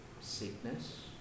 Sickness